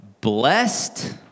blessed